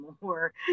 more